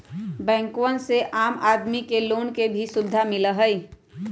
बैंकवन से आम आदमी के लोन के भी सुविधा मिला हई